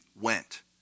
went